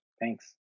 Thanks